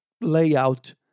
layout